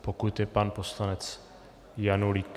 Pokud tu je pan poslanec Janulík.